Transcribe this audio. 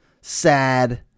sad